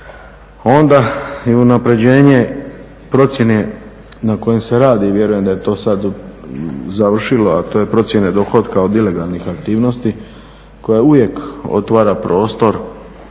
Onda je unapređenje procjene na kojim se radi, vjerujem da je to sada završilo, a to je procjene dohotka … aktivnosti koja uvijek otvara prostor